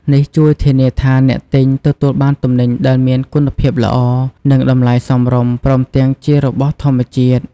នេះជួយធានាថាអ្នកទិញទទួលបានទំនិញដែលមានគុណភាពល្អ និងតម្លៃសមរម្យ ព្រមទាំងជារបស់ធម្មជាតិ។